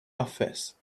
office